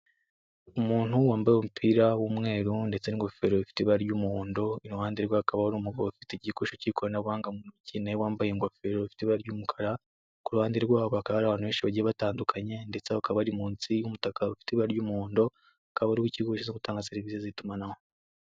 Umuntu wambaye umupira w'umweru ndetse n'ingofero bifite ibara ry'umuhondo iruhande rwakaba ariumu umugabogabo ufite igikoresho cy'ikoranabuhanga mu mukene wambaye ingofero bafite ry'umukara ku ruhande rwabo bakaba hari abantu benshi bagiye batandukanye ndetse bakaba ari munsi y'umutaka ufite ibara ry'umuhondo akaba ari w'ikiguzi cyo gutanga serivi z'itumanaho.